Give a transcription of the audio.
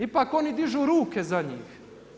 Ipak oni dižu ruke za njih.